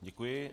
Děkuji.